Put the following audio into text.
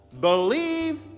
believe